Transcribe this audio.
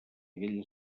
aquell